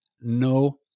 no